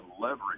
leverage